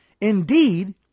Indeed